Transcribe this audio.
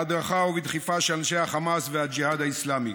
בהדרכה ובדחיפה של אנשי החמאס והג'יהאד האסלאמי.